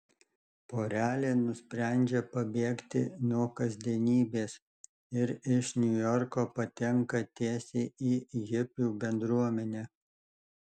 porelė nusprendžia pabėgti nuo kasdienybės ir iš niujorko patenka tiesiai į hipių bendruomenę